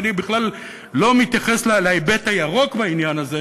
ואני בכלל לא מתייחס להיבט הירוק בעניין הזה,